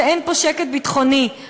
שאין פה שקט ביטחוני.